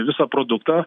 visą produktą